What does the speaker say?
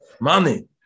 Money